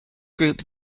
group